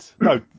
no